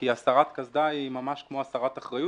כי הסרת קסדה היא ממש כמו הסרת אחריות,